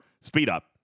speed-up